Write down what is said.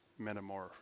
metamorph